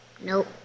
Nope